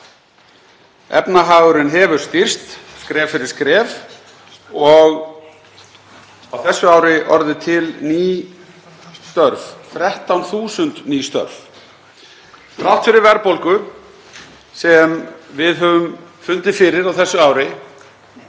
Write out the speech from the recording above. Efnahagurinn hefur styrkst skref fyrir skref og á þessu ári orðið til ný störf, 13.000 ný störf. Þrátt fyrir verðbólgu sem við höfum fundið fyrir á þessu ári